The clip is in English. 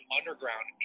underground